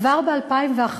כבר ב-2001,